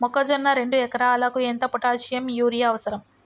మొక్కజొన్న రెండు ఎకరాలకు ఎంత పొటాషియం యూరియా అవసరం?